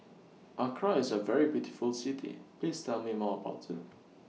Accra IS A very beautiful City Please Tell Me More about IT